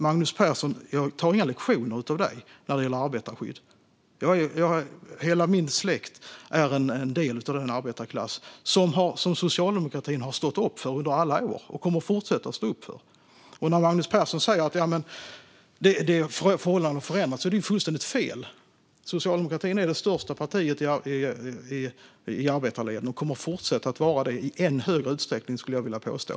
Jag tar inga lektioner av dig, Magnus Persson, när det gäller arbetarskydd. Hela min släkt är en del av den arbetarklass som socialdemokratin har stått upp för under alla år och kommer att fortsätta att stå upp för. Magnus Persson säger att förhållandena har förändrats. Det är fullständigt fel. Socialdemokraterna är det största partiet i arbetarleden och kommer att fortsätta att vara det i än större utsträckning, skulle jag vilja påstå.